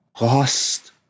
Lost